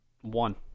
one